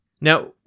Now